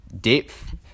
depth